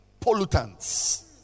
pollutants